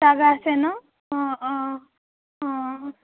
জেগা আছে নহ্ অঁ অঁ অঁ